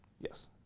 Yes